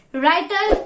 writer